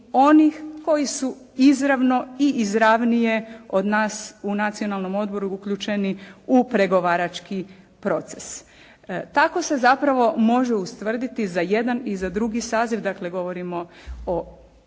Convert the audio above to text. koji su izravno i izravnije od nas u Nacionalnom odboru uključeni u pregovarački proces. Tako se zapravo može ustvrditi za jedan i za drugi saziv. Dakle, govorimo o godišnjem